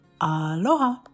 aloha